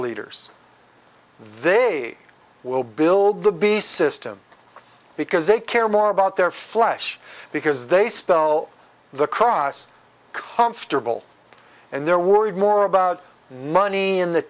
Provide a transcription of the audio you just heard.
leaders they will build the b system because they care more about their flush because they stole the cross constable and they're worried more about nani in the